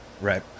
Right